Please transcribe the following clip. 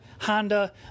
Honda